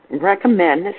recommend